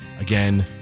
Again